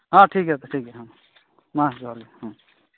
ᱦᱚᱸ ᱴᱷᱤᱠ ᱜᱮᱭᱟ ᱴᱷᱤᱠ ᱜᱮᱭᱟ ᱛᱚ ᱦᱚᱸ ᱢᱟ ᱡᱚᱦᱟᱨ ᱜᱮ ᱦᱚᱸ